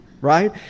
right